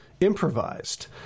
improvised